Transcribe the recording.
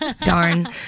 Darn